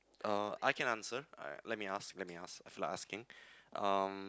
uh I can answer let me ask let me ask I feel like asking um